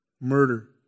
Murder